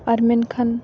ᱟᱨ ᱢᱮᱱᱠᱷᱟᱱ